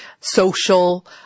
social